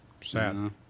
Sad